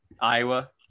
Iowa